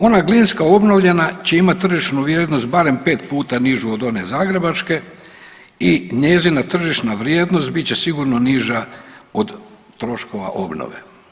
Ona glinska obnovljena će imati tržišnu vrijednost barem 5 puta nižu od one zagrebačke i njezina tržišna vrijednost bit će sigurno niža od troškova obnove.